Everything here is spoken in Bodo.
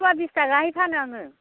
फवा बिस थाखायै फानो आङो